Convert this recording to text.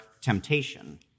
temptation